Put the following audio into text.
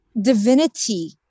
divinity